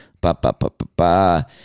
ba-ba-ba-ba-ba